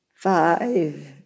Five